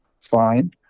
fine